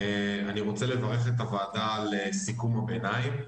אני רוצה לברך את הוועדה על סיכום הביניים.